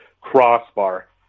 crossbar